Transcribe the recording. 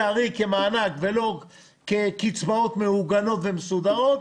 לצערי כמענק ולא כקצבאות מעוגנות ומסודרות,